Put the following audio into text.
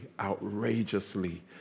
outrageously